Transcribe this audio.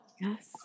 Yes